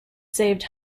saved